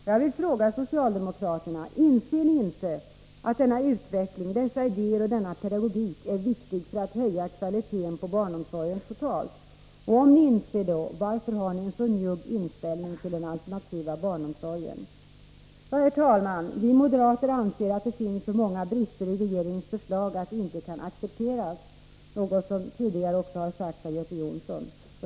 Jag vill fråga socialdemokraterna: Inser ni inte att denna utveckling, dessa idéer och denna pedagogik är viktiga för att höja kvaliteten på barnomsorgen totalt? Om ni inser det, varför har ni då en så njugg inställning till den alternativa barnomsorgen? Herr talman! Vi moderater anser att det finns så många brister i regeringens förslag att det inte kan accepteras — något som tidigare också har sagts av Göte Jonsson.